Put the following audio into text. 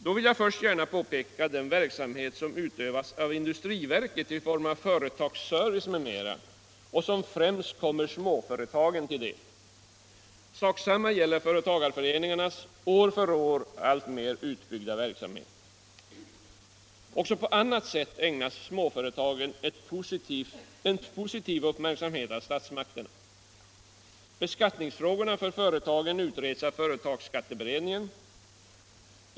Jag vill först gärna påpeka att den verksamhet som utövas av industriverket i form av företagsservice m.m. främst kommer småföretagen till del. Detsamma gäller företagareföreningarnas år för år alltmer utbyggda verksamhet. Även på annat sätt ägnas småföretagen en positiv uppmärksamhet av statsmakterna. Beskattningsfrågorna för företagen utreds av företagsskatteberedningen.